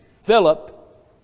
Philip